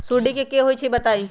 सुडी क होई छई बताई?